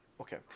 Okay